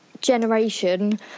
generation